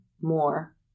more